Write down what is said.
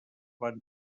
van